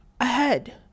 ahead